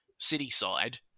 Cityside